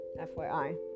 FYI